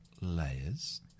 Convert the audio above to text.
layers